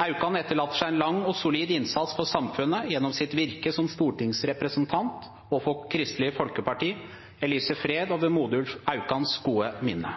Aukan etterlater seg en lang og solid innsats for samfunnet gjennom sitt virke som stortingsrepresentant og for Kristelig Folkeparti. Jeg lyser fred over Modulf Aukans gode minne!